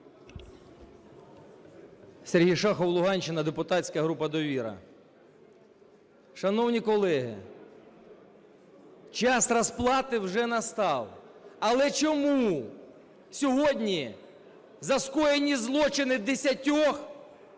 Сергій Шахов, Луганщина, депутатська група "Довіра". Шановні колеги, час розплати вже настав. Але чому сьогодні за скоєні злочини десятьох